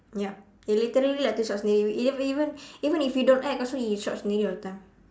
ya you literally like to shiok sendiri even even even if you don't act also you shiok sendiri all the time